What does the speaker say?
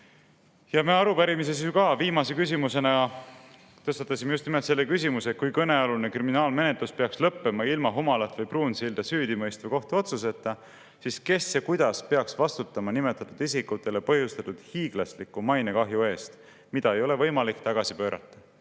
Me arupärimises ju viimase küsimusena tõstatasime just nimelt selle küsimuse, et kui kõnealune kriminaalmenetlus peaks lõppema ilma Humalat või Pruunsilda süüdi mõistva kohtuotsuseta, siis kes ja kuidas peaks vastutama nimetatud isikutele põhjustatud hiiglasliku mainekahju eest, mida ei ole võimalik tagasi pöörata.